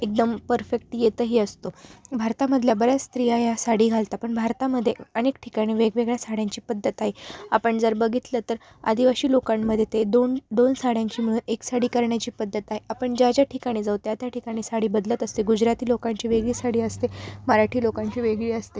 एकदम परफेक्ट येतंही असतो भारतामधल्या बऱ्याच स्त्रिया या साडी घालतात पण भारतामध्ये अनेक ठिकाणी वेगवेगळ्या साड्यांची पद्धत आहे आपण जर बघितलं तर आदिवासी लोकांमध्ये ते दोन दोन साड्यांची मिळून एक साडी करण्याची पद्धत आहे आपण ज्या ज्या ठिकाणी जाऊ त्या ठिकाणी साडी बदलत असते गुजराती लोकांची वेगळी साडी असते मराठी लोकांची वेगळी असते